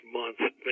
month